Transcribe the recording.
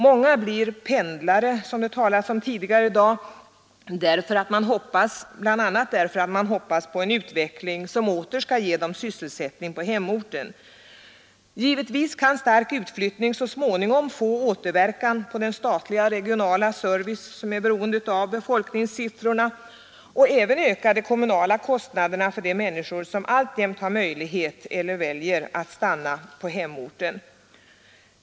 Många blir pendlare som det talats om tidigare i dag — bl.a. därför att man hoppas på en utveckling som åter skall ge dem sysselsättning på hemorten. Givetvis kan stark utflyttning så småningom få återverkan på den statliga och regionala service som är beroende av befolkningssiffrorna och även öka de kommunala kostnaderna för de människor som alltjämt har möjlighet eller som väljer att stanna på hemorten.